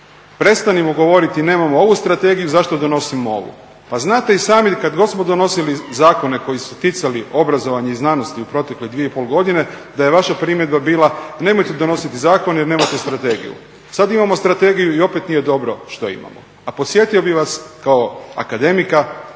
Prestanimo govoriti nemamo ovu strategiju zašto donosimo ovu. Pa znate i sami kada god smo donosili zakoni koji su se ticali obrazovanja i znanosti u protekle 2,5 godine da je vaša primjedba bila nemojte donositi zakone jer nemate strategiju. Sada imamo strategiju i opet nije dobro što imamo. A podsjetio bih vas kao akademika,